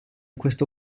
questo